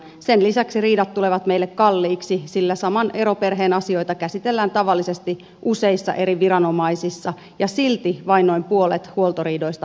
sen lisäksi riidat tulevat meille kalliiksi sillä saman eroperheen asioita käsitellään tavallisesti useissa eri viranomaisissa ja silti vain noin puolet huoltoriidoista päätyy sovintoon